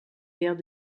guerre